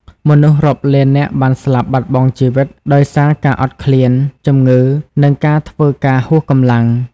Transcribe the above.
មនុស្សរាប់លាននាក់បានស្លាប់បាត់បង់ជីវិតដោយសារការអត់ឃ្លាន ជំងឺ និងការធ្វើការហួសកម្លាំង។